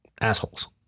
assholes